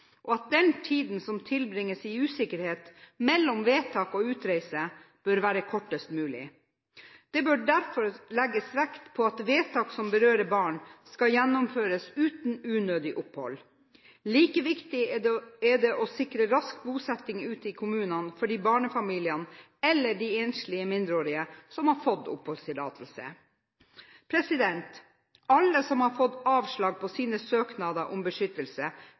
og at den tiden som tilbringes i usikkerhet mellom vedtak og utreise, bør være kortest mulig. Det bør derfor legges vekt på at vedtak som berører barn, skal gjennomføres uten unødig opphold. Like viktig er det å sikre rask bosetting ute i kommunene for de barnefamiliene eller de enslige mindreårige som har fått oppholdstillatelse. Alle som har fått avslag på sine søknader om beskyttelse,